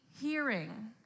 hearing